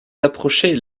approcher